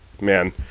man